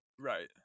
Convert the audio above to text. Right